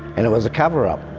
and it was a cover-up,